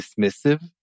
dismissive